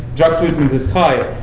drug treatment is high.